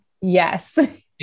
Yes